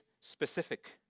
specific